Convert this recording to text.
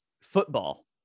football